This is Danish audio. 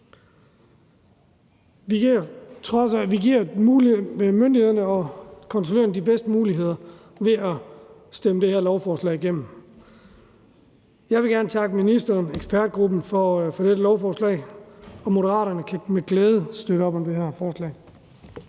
Vi giver myndighederne og kontrollørerne de bedste muligheder ved at stemme det her lovforslag igennem. Jeg gerne takke ministeren og ekspertgruppen for dette lovforslag. Moderaterne kan med glæde støtte op om det her forslag.